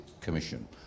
commission